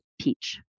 peach